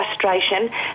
frustration